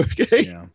Okay